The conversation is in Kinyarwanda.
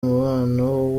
umubano